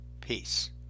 Peace